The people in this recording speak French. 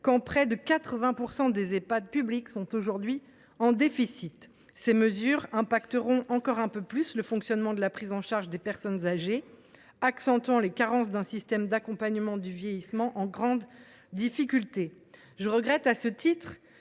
quand près de 80 % des Ehpad publics sont aujourd’hui en déficit. Ces mesures affecteront encore un peu plus le fonctionnement des établissements et la prise en charge des personnes âgées, accentuant les carences d’un système d’accompagnement du vieillissement en grande difficulté. À ce titre,